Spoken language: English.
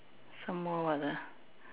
some more what ah